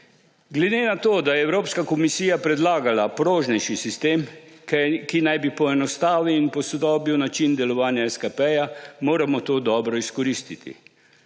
Glede na to, da je Evropska komisija predlagala prožnejši sistem, ki naj bi poenostavil in posodobil način delovanja SKP, moramo to dobro izkoristiti.